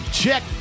Check